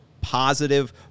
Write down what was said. positive